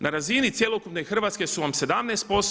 Na razini cjelokupne Hrvatske su vam 17%